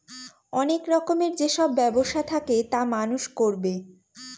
অনেক রকমের যেসব ব্যবসা থাকে তা মানুষ করবে